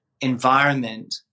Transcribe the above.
environment